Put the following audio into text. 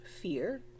fear